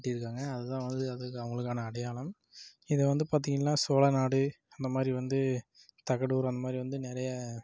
கட்டியிருக்காங்க அதுதான் வந்து அவங்களுக்கான அடையாளம் இதை வந்து பார்த்திங்கள்னா சோழநாடு அந்த மாதிரி வந்து தகடூர் அந்த மாதிரி வந்து நிறைய